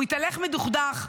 הוא התהלך מדוכדך,